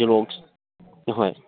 Xerox ꯑꯍꯣꯏ